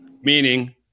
Meaning